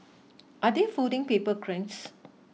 are they folding paper cranes